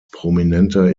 prominenter